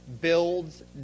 builds